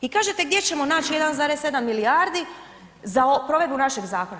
I kažete gdje ćemo naći 1,7 milijardi za provedbu našeg zakona.